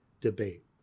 debate